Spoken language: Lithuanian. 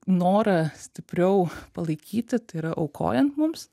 norą stipriau palaikyti tai yra aukojant mums